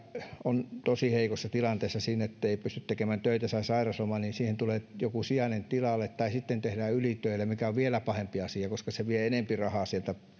on tosi heikossa tilanteessa siinä ettei pysty tekemään töitä ja saa sairaslomaa siihen tulee joku sijainen tilalle tai sitten tehdään ylitöillä mikä on vielä pahempi asia koska se vie enempi rahaa